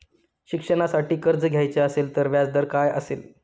शिक्षणासाठी कर्ज घ्यायचे असेल तर व्याजदर काय असेल?